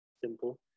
simple